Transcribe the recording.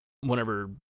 whenever